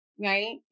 right